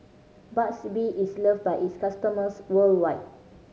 Burt's Bee is loved by its customers worldwide